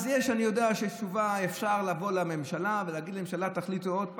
אני יודע שאפשר לבוא לממשלה ולהגיד לממשלה: תחליטו עוד פעם.